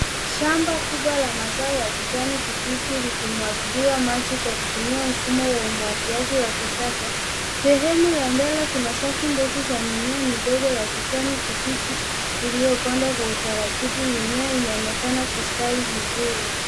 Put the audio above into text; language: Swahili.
Shamba kubwa la mazao ya kijani kibichi likimwagiliwa maji kwa kutumia mfumo wa umwagiliaji wa kisasa, sehemu ya mbele kuna safu ndrfu za mimea midogo ya kijani kibichi iliyopandwa kwa utaratibu, mimea inaonekana kustawi vizuri.